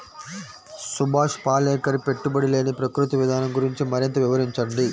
సుభాష్ పాలేకర్ పెట్టుబడి లేని ప్రకృతి విధానం గురించి మరింత వివరించండి